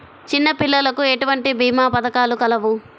చిన్నపిల్లలకు ఎటువంటి భీమా పథకాలు కలవు?